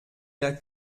der